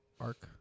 Arc